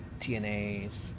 TNA's